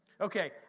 Okay